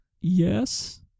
Yes